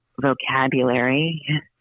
vocabulary